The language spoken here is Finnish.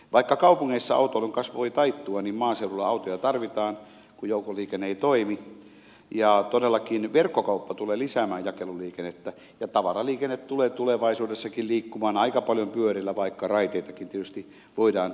vaikka kaupungeissa autoilun kasvu voi taittua maaseudulla autoja tarvitaan kun joukkoliikenne ei toimi ja todellakin verkkokauppa tulee lisäämään jakeluliikennettä ja tavaraliikenne tulee tulevaisuudessakin liikkumaan aika paljon pyörillä vaikka raiteitakin tietysti voidaan edistää